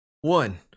one